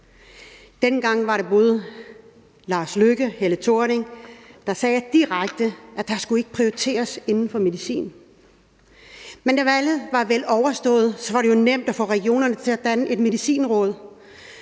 Lars Løkke Rasmussen og Helle Thorning-Schmidt, der direkte sagde, at der ikke skulle prioriteres inden for medicin. Men da valget var vel overstået, var det jo nemt at få regionerne til at danne et medicinråd,